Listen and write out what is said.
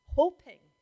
hoping